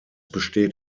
besteht